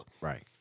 Right